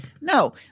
No